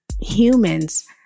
humans